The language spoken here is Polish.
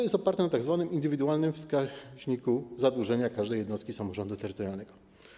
Jest to oparte na tzw. indywidualnym wskaźniku zadłużenia każdej jednostki samorządu terytorialnego.